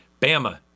Bama